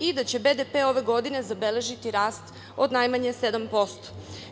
i da će BDP ove godine zabeležiti rast od najmanje 7%.